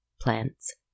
plants